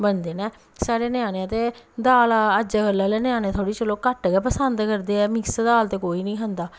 बनदे नै साढ़े ञ्यानें ते दाल अज्जै कल्लै आह्ले ञ्यानें चलो थोह्ड़ी घट्ट गै पसंद करदे ऐ मिक्स दाल ते कोई निं खंदा